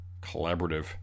collaborative